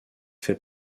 fait